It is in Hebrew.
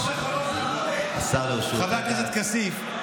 הדקות האחרונות שלך, חבר הכנסת כסיף,